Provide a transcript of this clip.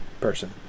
person